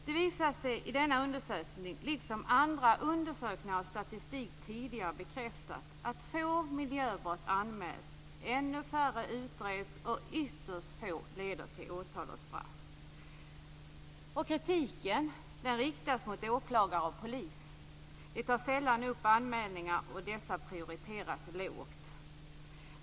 Det visar sig i denna undersökning, liksom andra undersökningar av statistik tidigare bekräftat, att få miljöbrott anmäls, ännu färre utreds och ytterst få leder till åtal och straff. Kritiken riktas mot åklagare och polis. De tar sällan upp anmälningar och dessa prioriteras lågt.